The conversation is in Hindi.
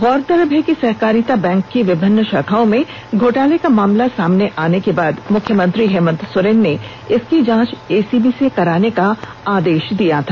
गौरतलब है कि सहकारिता बैंक की विभिन्न शाखाओं में घोटाले का मामला सामने आने के बाद मुख्यमंत्री हेमन्त सोरेन ने इसकी जांच एसीबी से कराने का आदेश दिया था